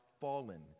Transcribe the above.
fallen